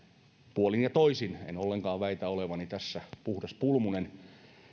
puolin ja toisin en ollenkaan väitä olevani tässä puhdas pulmunen